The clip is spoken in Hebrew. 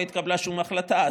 לא התקבלה שום החלטה,